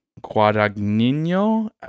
Guadagnino